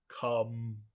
come